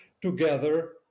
together